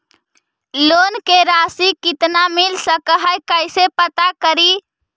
Loan के रासि कितना मिल सक है कैसे पता करी?